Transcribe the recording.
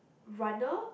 runner